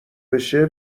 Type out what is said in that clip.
بشه